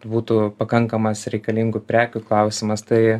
būtų pakankamas reikalingų prekių klausimas tai